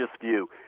view